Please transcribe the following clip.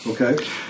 Okay